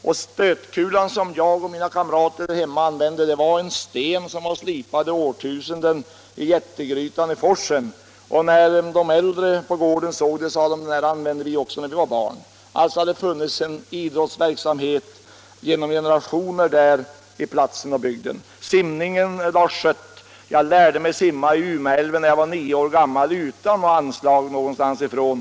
Och stötkulan som jag och mina kamrater därhemma använde var en sten som var slipad i årtusenden i jättegrytan i forsen. När de äldre såg den sade de: Den där använde vi också när vi var barn. Det har alltså funnits en idrottsverksamhet i den bygden i generationer. När det gäller simningen vill jag säga till herr Lars Schött att jag lärde mig simma i Umeälven när jag var nio år gammal utan något anslag någonstans ifrån.